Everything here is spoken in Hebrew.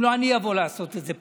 אם לא, אני אבוא לעשות את זה.